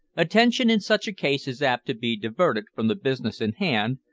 attention in such a case is apt to be diverted from the business in hand,